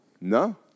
No